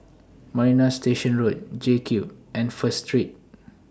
Marina Station Road JCube and First Street